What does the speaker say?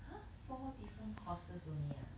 !huh! four different courses only ah